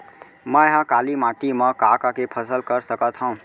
मै ह काली माटी मा का का के फसल कर सकत हव?